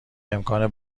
امکان